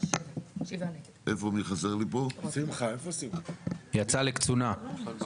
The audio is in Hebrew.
7 נמנעים, 0 ההסתייגות לא התקבלה.